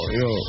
yo